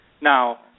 Now